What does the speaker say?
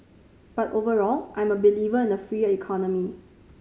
but overall I'm a believer in a freer economy